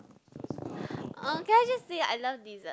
uh can I just say I love dessert